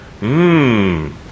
Mmm